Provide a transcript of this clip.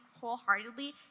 wholeheartedly